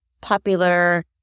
popular